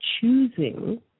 choosing